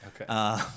Okay